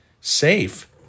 Safe